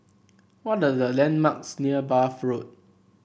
what are the landmarks near Bath Road